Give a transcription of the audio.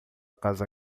casa